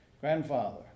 grandfather